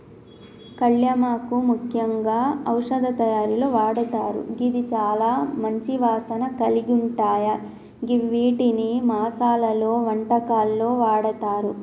కళ్యామాకు ముఖ్యంగా ఔషధ తయారీలో వాడతారు గిది చాల మంచి వాసన కలిగుంటాయ గివ్విటిని మసాలలో, వంటకాల్లో వాడతారు